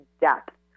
depth